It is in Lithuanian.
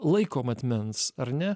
laiko matmens ar ne